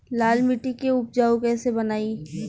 लाल मिट्टी के उपजाऊ कैसे बनाई?